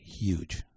huge